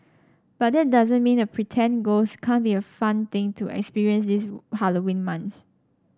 but that doesn't mean a pretend ghost can't be a fun thing to experience this Halloween month